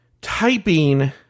typing